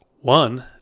One